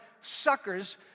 suckers